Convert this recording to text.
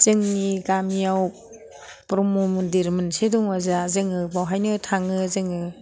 जोंनि गामियाव ब्रह्म मन्दिर मोनसे दङ जोंहा जोङो बेवहायनो थाङो जोङो